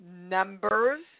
numbers